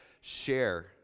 share